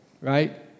Right